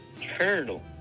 turtle